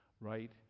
right